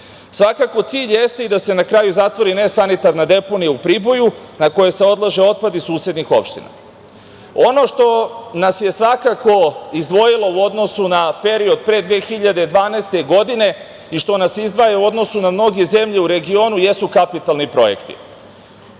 Svakako cilj jeste da se na kraju i zatvori nesanitarna deponija u Priboju na koju se odlaže otpad susednih opština. Ono što nas je svakako izdvojilo u odnosu na period pre 2012. godine i što nas izdvaja u odnosu na mnoge zemlje u regionu jesu kapitalni projekti.